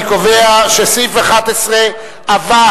אני קובע שסעיף 11 עבר,